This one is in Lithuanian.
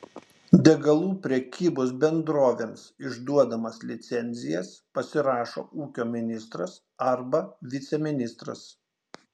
degalų prekybos bendrovėms išduodamas licencijas pasirašo ūkio ministras arba viceministras